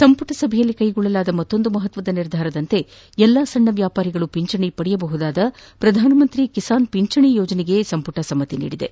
ಸಂಪುಟ ಸಭೆಯಲ್ಲಿ ಕೈಗೊಳ್ಳಲಾದ ಮತ್ತೊಂದು ಮಹತ್ವದ ನಿರ್ಣಯವೆಂದರೆ ಎಲ್ಲಾ ಸಣ್ಣ ವ್ಯಾಪಾರಿಗಳು ಪಿಂಚಣಿ ಪಡೆಯಬಹುದಾದ ಶ್ರಧಾನ ಮಂತ್ರಿ ಕಿಸಾನ್ ಪಿಂಚಣಿ ಯೋಜನೆಗೆ ಸಂಪುಟವು ಸಮ್ನತಿ ನೀಡಿದೆ